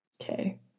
Okay